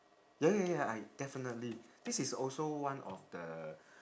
ya ya ya I definitely this is also one of the